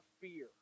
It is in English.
fear